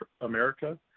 America